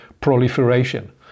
proliferation